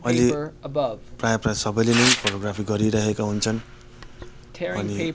अहिले प्राय प्राय सबैले नै फोटोग्राफी गरिरहेका हुन्छन् अनि